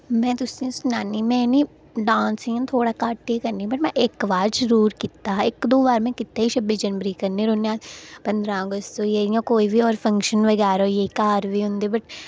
में तुसेंई सनान्नी में निं डांस इ'यां थोह्ड़ा घट्ट गै करनी पर में इक बार जरूर कीता हा इक दो बार में कीता ही छब्बी जनवरी गी करदे रौह्न्नें आं पंदरां अगस्त होई गेआ इ'यां कोई बी फंक्श्न बगैरा होई गे घर बी होंदे बट